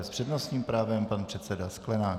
S přednostním právem pan předseda Sklenák.